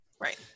Right